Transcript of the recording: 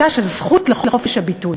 זו מהותה של הזכות לחופש הביטוי.